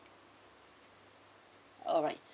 alright